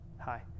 hi